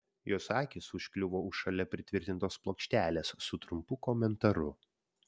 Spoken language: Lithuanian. jos akys užkliuvo už šalia pritvirtintos plokštelės su trumpu komentaru